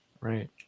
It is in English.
right